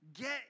Get